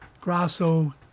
Grasso